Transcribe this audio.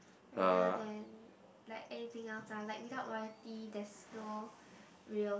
rather than like anything else ah like without loyalty there's no real